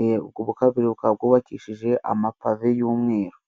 e ubwo buKarabiro bukaba bwubakishije amapave y'umweru.